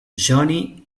johnny